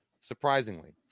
surprisingly